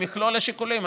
במכלול השיקולים,